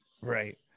Right